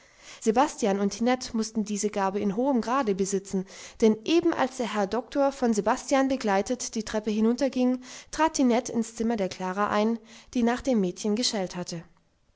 sebastian und tinette mußten diese gabe in hohem grade besitzen denn eben als der herr doktor von sebastian begleitet die treppe hinunterging trat tinette ins zimmer der klara ein die nach dem mädchen geschellt hatte